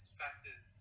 factors